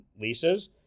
leases